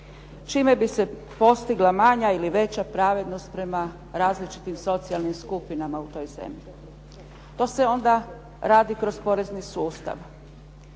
čime bi se postigla manja ili veća pravednost prema različitim socijalnim skupinama u toj zemlji. To se onda radi kroz porezni sustav.